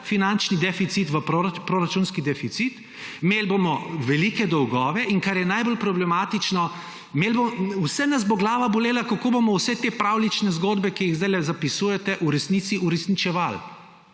finančni deficit, proračunski deficit, imeli bomo velike dolgove in, kar je najbolj problematično, vse nas bo glava bolela, kako bomo vse te pravljične zgodbe, ki jih sedaj zapisujete, v resnici uresničevali,